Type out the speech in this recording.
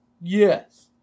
yes